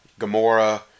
Gamora